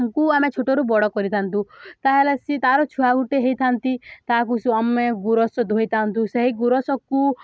ଙ୍କୁ ଆମେ ଛୋଟରୁ ବଡ଼ କରିଥାନ୍ତୁ ତା'ହେଲେ ସେ ତା'ର ଛୁଆ ଗୁଟେ ହେଇଥାନ୍ତି ତାହାକୁ ଆମେ ଗୁରସ ଧୋଇଥାନ୍ତୁ ସେହି ଗୁରସକୁ